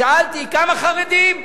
שאלתי: כמה חרדים?